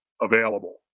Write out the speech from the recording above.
available